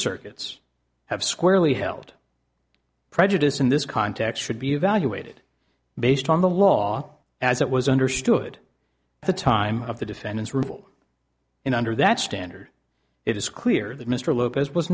circuits have squarely held prejudice in this context should be evaluated based on the law as it was understood the time of the defendant's removal in under that standard it is clear that mr lopez was